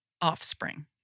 offspring